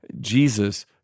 Jesus